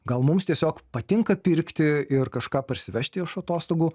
gal mums tiesiog patinka pirkti ir kažką parsivežti iš atostogų